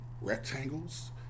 rectangles